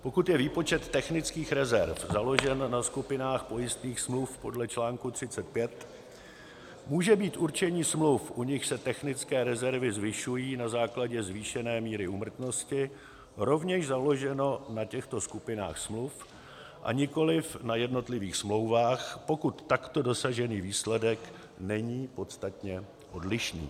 pokud je výpočet technických rezerv založen na skupinách pojistných smluv podle článku 35, může být určení smluv, u nichž se technické rezervy zvyšují na základě zvýšené míry úmrtnosti, rovněž založeno na těchto skupinách smluv a nikoli na jednotlivých smlouvách, pokud takto dosažený výsledek není podstatně odlišný.